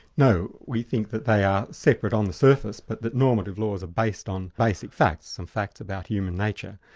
no, we think that they are separate on the surface, but that normative laws are based on basic facts, facts about human nature.